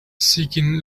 seeking